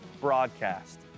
broadcast